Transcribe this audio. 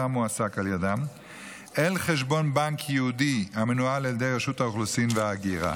המועסק על ידם אל חשבון בנק ייעודי המנוהל על ידי רשות האוכלוסין וההגירה.